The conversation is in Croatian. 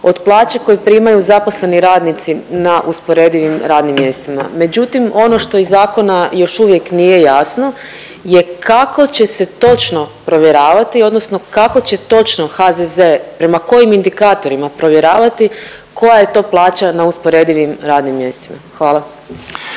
od plaće koju primaju zaposleni radnici na usporedivim radnim mjestima. Međutim ono što iz zakona još uvijek nije jasno je kako će se točno provjeravati odnosno kako će točno HZZ prema kojim indikatorima provjeravati koja je to plaća na usporedivim radnim mjestima? Hvala.